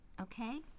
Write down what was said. okay